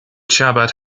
chabad